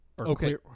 Okay